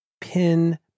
pin